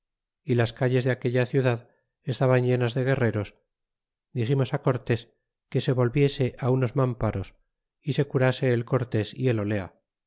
y las calles de aquella ciudad estaban llenas de guerreros diximos a cortés que s volviese a unos mamparos y se curase el cortes y el olea